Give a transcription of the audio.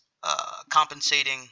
Compensating